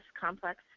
complex